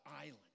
island